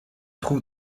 trouve